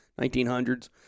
1900s